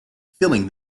filling